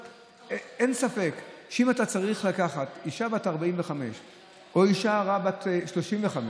אין ספק שאם אתה צריך לקחת אישה בת 45 או אישה הרה בת 35,